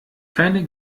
keine